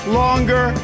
longer